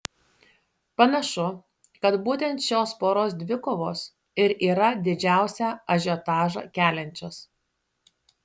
panašu kad būtent šios poros dvikovos ir yra didžiausią ažiotažą keliančios